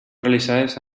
realitzades